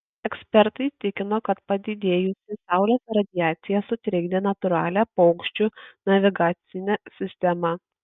ekspertai tikino kad padidėjusi saulės radiacija sutrikdė natūralią paukščių navigacinę sistemą